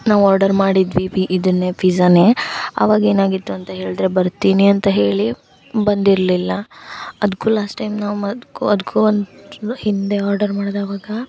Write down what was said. ನಾವು ಆರ್ಡರ್ ಮಾಡಿದ್ವಿ ಇದನ್ನೇ ಪಿಝಾನೇ ಅವಾಗ ಏನಾಗಿತ್ತು ಅಂತ ಹೇಳಿದ್ರೆ ಬರ್ತೀನಿ ಅಂತ ಹೇಳಿ ಬಂದಿರಲಿಲ್ಲ ಅದಕ್ಕೂ ಲಾಸ್ಟ್ ಟೈಮ್ ನಾವು ಮ ಅದಕ್ಕೂ ಅದಕ್ಕೂ ಹಿಂದೆ ಆರ್ಡರ್ ಮಾಡಿದವಾಗ